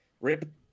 Rip